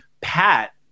Pat